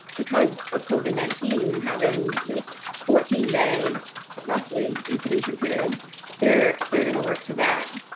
because of covid nineteen and having this fourteen day roughly incubation period there, they're going to work to that